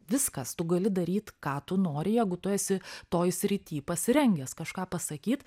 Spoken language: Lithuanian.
viskas tu gali daryt ką tu nori jeigu tu esi toj srity pasirengęs kažką pasakyt